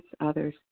others